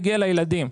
יגיע לילדים.